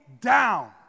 down